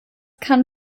kann